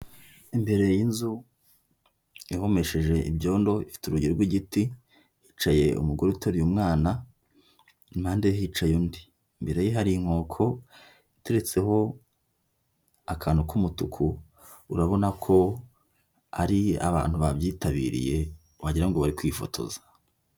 Imbere y'inzu ihomesheje ibyondo ifite urugi rw'igiti hicaye umugore uteruye umwana, impande ye hicaye undi. Imbere ye hari inkoko iteretseho akantu k'umutuku urabona ko ari abantu babyitabiriye wagira ngo bari kwifotoza.